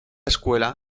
escuela